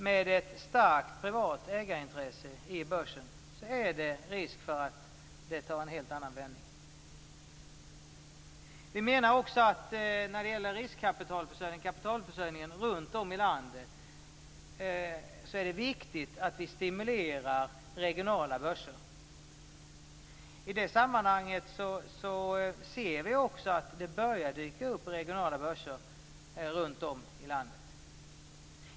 Med ett starkt privat ägarintresse i börsen finns det risk för en helt annan vändning. Vi menar att det är viktigt att stimulera regionala börser för riskkapitalförsörjningen runt om i landet. I det sammanhanget har vi sett att det har börjat dyka upp regionala börser.